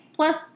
Plus